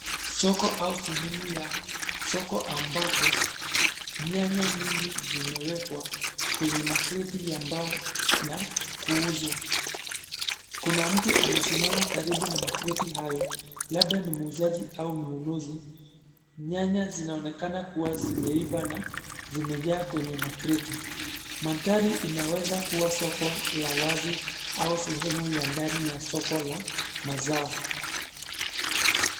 Soko au sehemu ya soko ambapo nyanya nyingi zimewekwa kwenye makreti ya mbao na kuuzwa. Kuna mtu amesimama karibu na makreti hayo, labda ni muuzaji au mnunuzi. Nyanya zinaonekana kuwa zimeiva na zimejaa kwenye makreti. Mandhari inaweza kuwa soko la wazi au sehemu ya ndani ya soko la mazao.